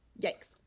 yikes